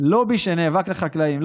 לובי שנאבק למען החקלאים.